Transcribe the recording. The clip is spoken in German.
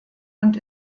und